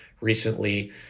recently